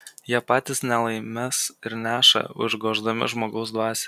jie patys nelaimes ir neša užgoždami žmogaus dvasią